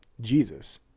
Jesus